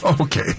Okay